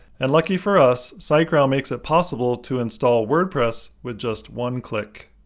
and, lucky for us, siteground makes it possible to install wordpress with just one click.